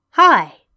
Hi